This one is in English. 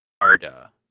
arda